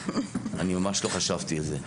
אני ממש לא חשבתי על זה.